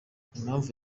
impamvu